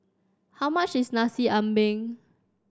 how much is Nasi Ambeng